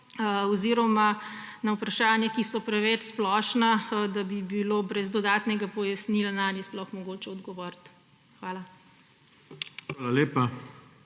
oziroma na vprašanja, ki so preveč splošna, da bi bilo brez dodatnega pojasnila nanje sploh mogoče odgovoriti. Hvala.